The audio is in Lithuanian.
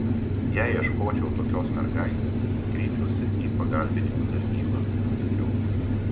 jei ieškočiau tokios mergaitės kreipčiausi į pagalbininkų tarnybą atsakiau